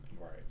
Right